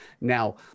Now